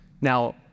Now